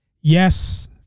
Yes